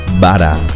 Bada